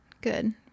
good